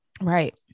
right